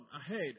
ahead